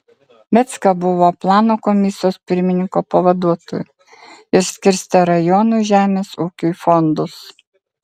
vecka buvo plano komisijos pirmininko pavaduotoju ir skirstė rajonų žemės ūkiui fondus